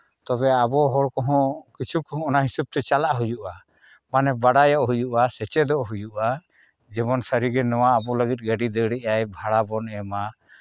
ᱛᱚᱵᱮ ᱟᱵᱚ ᱦᱚᱲ ᱠᱚᱦᱚᱸ ᱠᱤᱪᱷᱩ ᱠᱚᱦᱚᱸ ᱚᱱᱟ ᱦᱤᱥᱟᱹᱵᱽ ᱛᱮ ᱪᱟᱞᱟᱜ ᱦᱩᱭᱩᱜᱼᱟ ᱢᱟᱱᱮ ᱵᱟᱲᱟᱭᱚᱜ ᱦᱩᱭᱩᱜᱼᱟ ᱥᱮᱪᱮᱫᱚᱜ ᱦᱩᱭᱩᱜᱼᱟ ᱡᱮᱢᱚᱱ ᱥᱟᱹᱨᱤᱜᱮ ᱱᱚᱣᱟ ᱟᱵᱚ ᱞᱟᱹᱜᱤᱫ ᱜᱟᱹᱰᱤ ᱫᱟᱹᱲ ᱮᱫ ᱟᱭ ᱵᱷᱟᱲᱟ ᱵᱚᱱ ᱮᱢᱟ